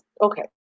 okay